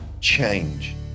change